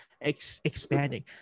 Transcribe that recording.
Expanding